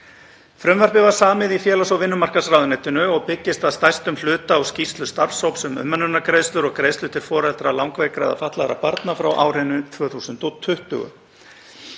Frumvarpið var samið í félags- og vinnumarkaðs ráðuneytinu og byggist að stærstum hluta á skýrslu starfshóps um umönnunargreiðslur og greiðslur til foreldra langveikra eða fatlaðra barna frá árinu 2020.